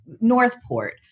Northport